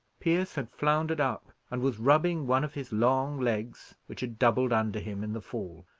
pierce had floundered up, and was rubbing one of his long legs, which had doubled under him in the fall,